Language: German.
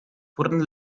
wurden